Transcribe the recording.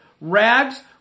rags